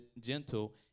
gentle